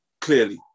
clearly